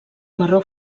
marró